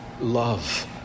love